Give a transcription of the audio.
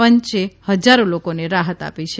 પંચે હજારો લોકોને રાહત આપી છે